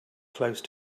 close